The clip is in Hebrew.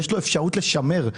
יש לו אפשרות לשמר.